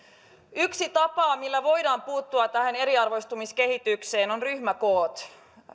yksi tapa millä voidaan puuttua tähän eriarvoistumiskehitykseen on ryhmäkoot